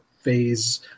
phase